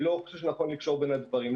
אני לא חושב שנכון לקשור בין הדברים.